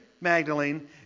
Magdalene